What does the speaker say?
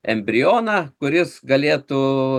embrioną kuris galėtų